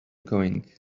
going